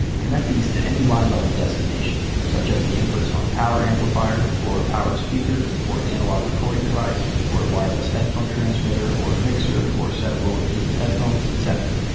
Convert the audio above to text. connect these to any line level destination, such as the inputs on a power amplifier, or a powered speaker, or an analog recording device, or a wireless headphone transmitter, or a mixer, or a set of low impedance headphones, etc.